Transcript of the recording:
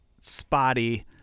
spotty